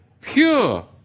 pure